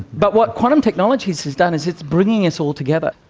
but what quantum technologies has done is it's bringing us altogether.